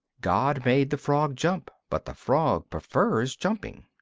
god made the frog jump but the frog prefers jumping.